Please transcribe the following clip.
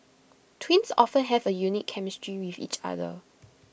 twins often have A unique chemistry with each other